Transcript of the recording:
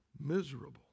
miserable